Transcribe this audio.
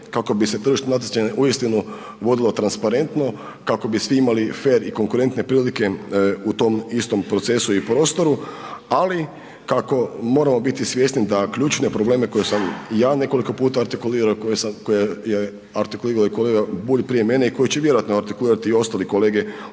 kako bi se tržišno natjecanje uistinu vodilo transparentno, kako bi svi imali fer i konkurentne prilike u tom istom procesu i prostoru, ali kako moramo biti svjesni da ključne probleme koje sam ja nekoliko puta artikulirao, koje je artikulirao i kolega Bulj prije mene i koje će vjerojatno artikulirati i ostale kolege